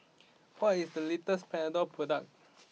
what is the latest Panadol product